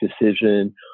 decision